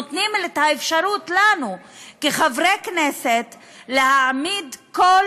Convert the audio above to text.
נותנים את האפשרות לנו כחברי כנסת להעמיד כל